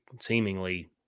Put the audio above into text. seemingly